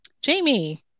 Jamie